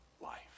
life